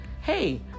Hey